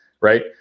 right